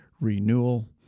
renewal